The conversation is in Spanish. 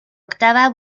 octava